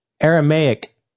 Aramaic